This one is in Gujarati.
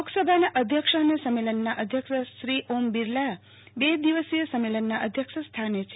લોકસભાના અધ્યક્ષ અને સંમેલનના અધ્યક્ષ શ્રી ઓમ બિરલા બે દિવસીય સંમેલનના અધ્યક્ષ સ્થાને છે